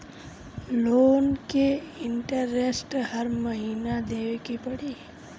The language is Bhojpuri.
लोन के इन्टरेस्ट हर महीना देवे के पड़ी?